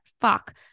fuck